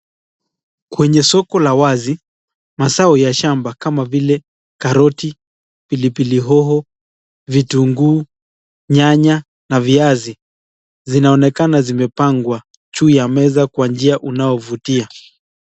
Kwenye soko la wazi mazao ya shamba kama vile karoti, pilipili hoho, vitunguu, nyanya na viazi zinaonekana zimepangwa juu ya meza kwa njia unayokuvutia.